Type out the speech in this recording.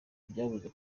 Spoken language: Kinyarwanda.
byabuze